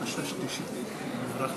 אדוני היושב-ראש, ממשלה